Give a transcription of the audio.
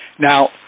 Now